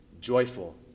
Joyful